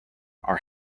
are